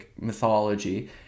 mythology